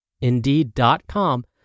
Indeed.com